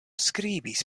skribis